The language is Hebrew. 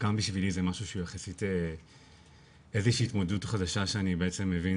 גם בשבילי זה משהו שהוא יחסית הביא התמודדות חדשה שאני בעצם מבין